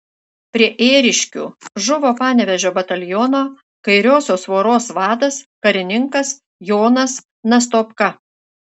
prie ėriškių žuvo panevėžio bataliono kairiosios voros vadas karininkas jonas nastopka